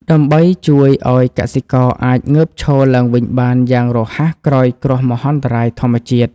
ដើម្បីជួយឱ្យកសិករអាចងើបឈរឡើងវិញបានយ៉ាងរហ័សក្រោយគ្រោះមហន្តរាយធម្មជាតិ។